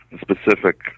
specific